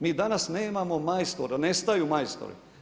Mi danas nemamo majstora, nestaju majstori.